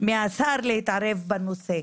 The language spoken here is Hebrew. מהשר להתערב בנושא.